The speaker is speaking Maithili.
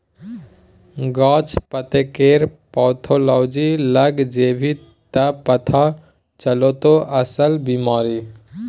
गाछ पातकेर पैथोलॉजी लग जेभी त पथा चलतौ अस्सल बिमारी